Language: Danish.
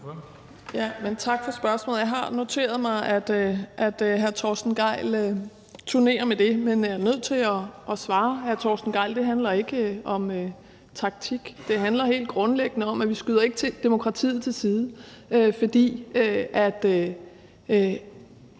Tak for spørgsmålet. Jeg har noteret mig, at hr. Torsten Gejl turnerer med det. Men jeg er nødt til at svare hr. Torsten Gejl, at det ikke handler om taktik; det handler helt grundlæggende om, at vi ikke skyder demokratiet til side,